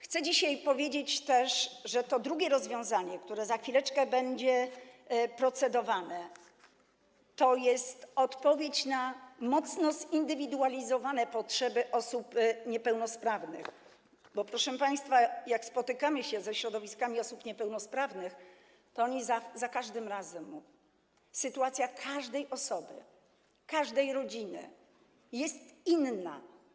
Chcę dzisiaj też powiedzieć, że to drugie rozwiązanie, nad którym za chwileczkę będziemy procedować, to jest odpowiedź na mocno zindywidualizowane potrzeby osób niepełnosprawnych, bo, proszę państwa, jak spotykamy się ze środowiskami osób niepełnosprawnych, to oni za każdym razem mówią: sytuacja każdej osoby, każdej rodziny jest inna.